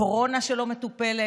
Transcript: קורונה שלא מטופלת,